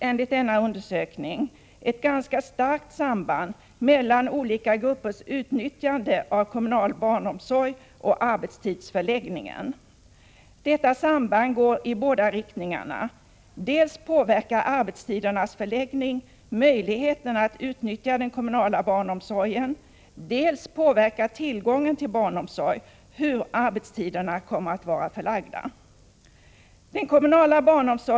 Enligt denna undersökning finns det ett ganska starkt samband mellan olika gruppers utnyttjande av kommunal barnomsorg och gruppernas arbetstidsförläggning. Detta samband går i båda riktningarna — dels påverkar arbetstidernas förläggning möjligheterna att utnyttja den kommunala barnomsorgen, dels påverkar tillgången till barnomsorg hur arbetstiderna kommer att vara förlagda.